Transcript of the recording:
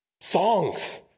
songs